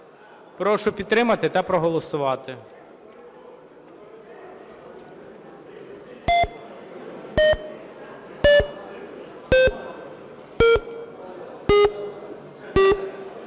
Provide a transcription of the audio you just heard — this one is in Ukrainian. Прошу підтримати та проголосувати.